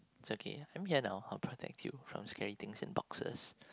is okay I'm here now I'll protect you from scary things and boxes